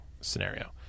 scenario